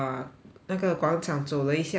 那个广场走了一下出来